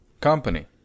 company